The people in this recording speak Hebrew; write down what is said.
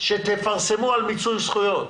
תפרסמו על מיצוי זכויות.